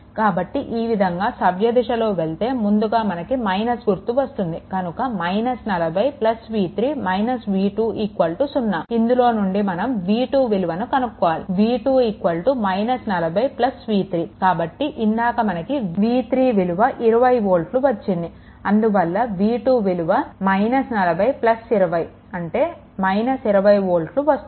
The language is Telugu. కాబట్టిఈ విధంగా సవ్య దిశలో వెళ్తే ముందుగా మనకు - గుర్తు వస్తుంది కనుక 40 v3 - v2 0 ఇందులో నుండి మనం v2 విలువ కనుక్కోవాలి v2 40 v3 కాబట్టి ఇందాక మనకి v3 విలువ 20 వోల్ట్లు వచ్చింది అందువల్ల v2 విలువ 40 20 20 వోల్ట్లు వస్తుంది